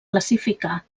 classificar